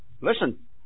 Listen